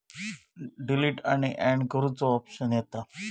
delete आणि add करुचो option येता